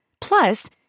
Plus